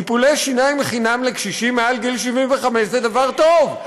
טיפולי שיניים חינם לקשישים מעל גיל 75 זה דבר טוב,